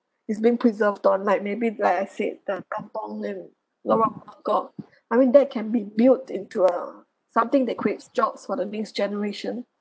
is been preserved down like maybe like I said the kampung in lorong buangkok I mean that can be built into uh something that creates jobs for the next generation